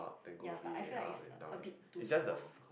ya but I feel like it's a bit too slow